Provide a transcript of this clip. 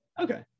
okay